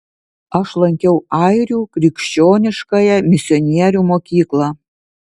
aš lankiau airių krikščioniškąją misionierių mokyklą